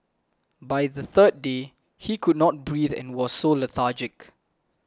by the third day he could not breathe and was so lethargic